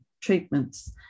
treatments